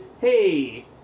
hey